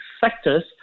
sectors